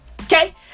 Okay